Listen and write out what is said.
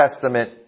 Testament